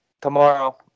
Tomorrow